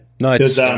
Nice